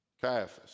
Caiaphas